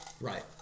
Right